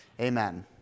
Amen